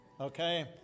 okay